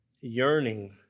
yearning